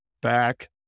back